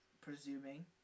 presuming